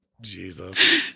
Jesus